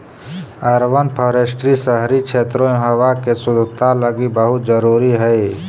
urban forestry शहरी क्षेत्रों में हावा के शुद्धता लागी बहुत जरूरी हई